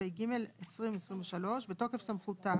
התשפ"ג-2023 בתוקף סמכותה